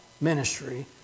ministry